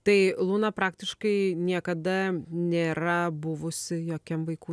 tai luna praktiškai niekada nėra buvusi jokiam vaikų